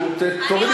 אתה יכול,